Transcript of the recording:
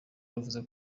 yavuze